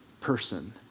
person